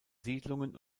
siedlungen